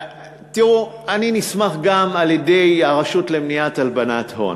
תראו, אני נסמך גם על הרשות למניעת הלבנת הון,